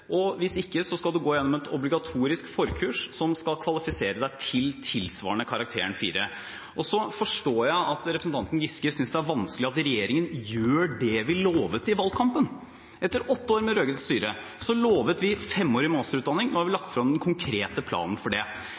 og hvis ikke skal man gå gjennom et obligatorisk forkurs som skal kvalifisere til tilsvarende karakteren 4. Jeg forstår at representanten Giske synes det er vanskelig at regjeringen gjør det vi lovet i valgkampen. Etter åtte år med rød-grønt styre lovet vi femårig masterutdanning, og nå har vi lagt frem den konkrete planen for det.